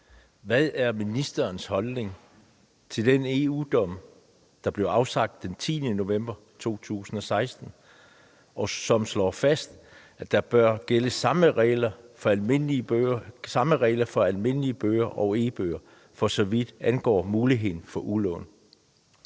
Hvad er ministerens holdning til den EU-dom, der blev afsagt den 10. november 2016, og som slår fast, at der bør gælde samme regler for almindelige bøger og e-bøger, for så vidt angår muligheden for udlån?